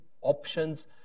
options